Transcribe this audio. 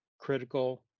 critical